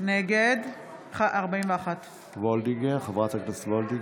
נגד חברת הכנסת וולדיגר.